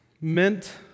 mint